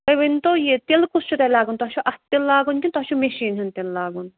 تُہۍ ؤنۍ تو یہِ تِلہٕ کُس چھِ تۄہہِ لاگُن تۄہہِ چھُوا اَتھٕ تِلہٕ لاگُن کِنہٕ تۄہہِ چھُ مِشیٖن ہُنٛد تِلہٕ لاگُن